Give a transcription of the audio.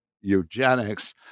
eugenics